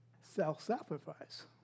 self-sacrifice